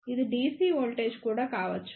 ఇది DC voltage కూడా కావచ్చు